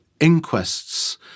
inquests